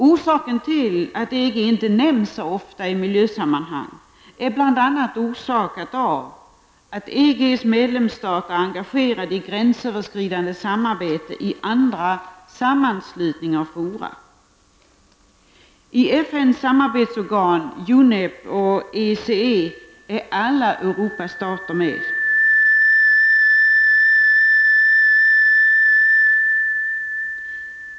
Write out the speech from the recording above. Orsaken till att EG inte nämns så ofta i miljösammanhang är bl.a. att EGs medlemsstater är engagerade i gränsöverskridande samarbete i andra sammanslutningar och fora. I FNs samarbetsorgan UNEP och ECE är alla Europas stater med.